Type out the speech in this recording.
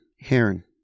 Heron